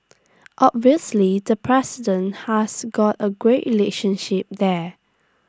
obviously the president has got A great relationship there